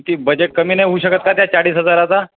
ती बजेट कमी नाही होऊ शकत का त्या चाळीस हजाराचा